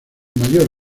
mayor